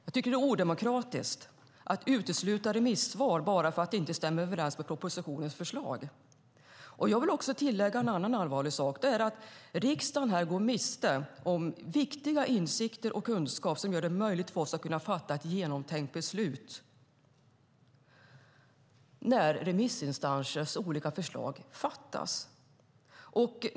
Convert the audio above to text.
Jag tycker att det är odemokratiskt att utesluta remissvar bara för att det inte stämmer överens med propositionens förslag. Jag vill också tillägga en annan allvarlig sak, och det är att riksdagen går miste om viktiga insikter och kunskap som gör det möjligt för oss att fatta ett genomtänkt beslut när remissinstansers förslag saknas.